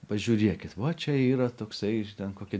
pažiūrėkit va čia yra toksai iš ten kokia